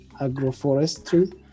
Agroforestry